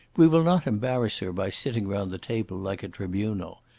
we will not embarrass her by sitting round the table like a tribunal.